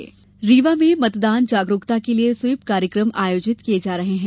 SVEEP अभियान रीवा में मतदान जागरूकता के लिये स्वीप कार्यक्रम आयोजित किये जा रहे हैं